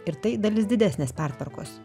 ir tai dalis didesnės pertvarkos